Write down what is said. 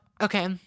okay